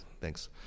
Thanks